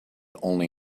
only